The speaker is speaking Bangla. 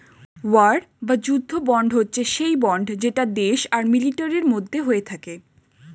ওয়ার বা যুদ্ধ বন্ড হচ্ছে সেই বন্ড যেটা দেশ আর মিলিটারির মধ্যে হয়ে থাকে